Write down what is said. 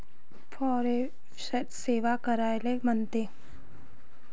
Forex सेवा कायले म्हनते?